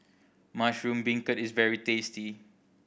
mushroom beancurd is very tasty